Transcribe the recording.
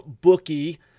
bookie